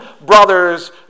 brothers